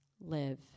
live